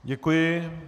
Děkuji.